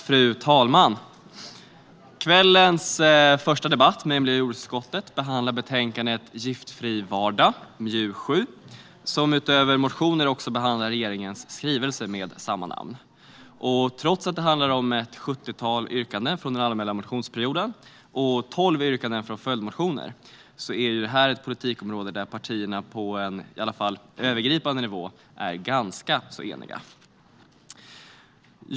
Fru talman! Kvällens första debatt med miljö och jordbruksutskottet behandlar betänkandet Giftfri vardag - MJU7 - som utöver motioner också behandlar regeringens skrivelse med samma namn. Trots att det handlar om ett sjuttiotal yrkanden från den allmänna motionstiden och tolv yrkanden från följdmotioner är det här ett politikområde där partierna i alla fall på en övergripande nivå är ganska eniga.